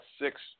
Six